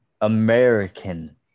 American